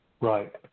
Right